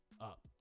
up